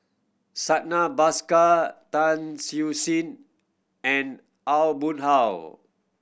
Santha Bhaskar Tan Siew Sin and Aw Boon Haw